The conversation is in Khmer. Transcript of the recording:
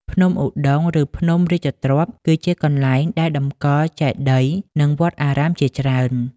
ភ្នំឧដុង្គ ឬ ភ្នំព្រះរាជទ្រព្យ គឺជាកន្លែងដែលតម្កល់ចេតិយនិងវត្តអារាមជាច្រើន។